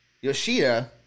Yoshida